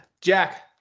Jack